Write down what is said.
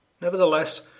Nevertheless